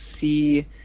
see